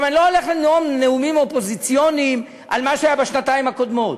אני לא הולך לנאום נאומים אופוזיציוניים על מה שהיה בשנתיים הקודמות,